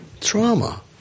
trauma